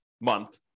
month